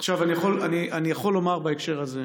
אני יכול לומר בהקשר הזה,